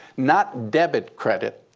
not debit-credit,